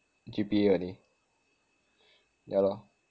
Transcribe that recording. G_P_A only yah lor